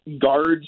guards